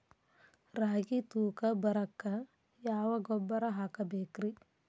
ರಾಗಿ ತೂಕ ಬರಕ್ಕ ಯಾವ ಗೊಬ್ಬರ ಹಾಕಬೇಕ್ರಿ?